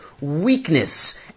Weakness